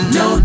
no